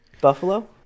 Buffalo